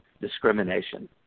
discrimination